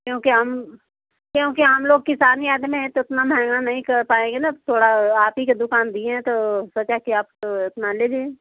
क्योंकि हम क्योंकि हम लोग किसानी आदमी हैं तो उतना महँगा नहीं कर पाएंगे न थोड़ा आप ही की दुकान लिए हैं तो सोचा कि समान ले लें